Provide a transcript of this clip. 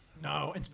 No